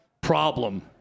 problem